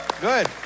Good